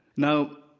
now,